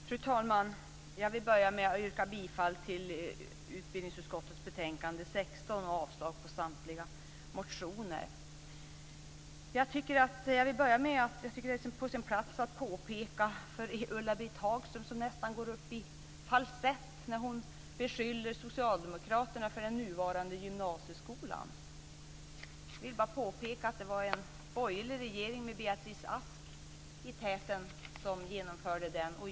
Fru talman! Jag vill börja med att yrka bifall till hemställan i utbildningsutskottets betänkande 16 och avslag på samtliga motioner. Ulla-Britt Hagström går nästan upp i falsett när hon beskyller Socialdemokraterna för den nuvarande gymnasieskolan. Jag vill bara påpeka att det var en borgerlig regering med Beatrice Ask i täten som genomförde den.